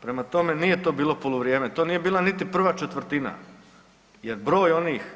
Prema tome, nije to bilo poluvrijeme, to nije bila niti prva četvrtina, jer broj onih